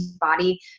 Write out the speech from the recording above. body